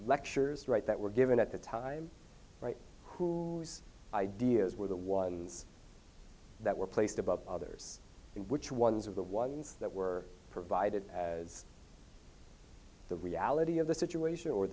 lectures right that were given at the time write whose ideas were the ones that were placed above others and which ones are the ones that were provided as the reality of the situation or